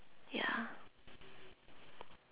ya